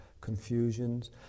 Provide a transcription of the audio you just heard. confusions